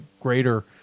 greater